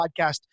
podcast